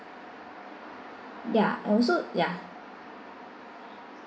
ya and also